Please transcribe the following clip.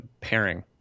pairing